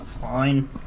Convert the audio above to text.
Fine